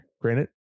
granted